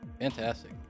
Fantastic